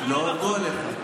לא עבדו עליך.